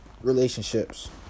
Relationships